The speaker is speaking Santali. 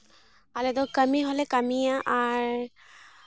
ᱟᱞᱮ ᱫᱚ ᱠᱟᱹᱢᱤ ᱦᱚᱸᱞᱮ ᱠᱟᱹᱢᱤᱭᱟ ᱟᱨ